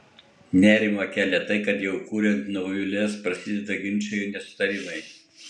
nerimą kelią tai kad jau kuriant naujus lez prasideda ginčai ir nesutarimai